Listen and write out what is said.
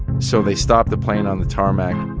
so they stopped the plane on the tarmac,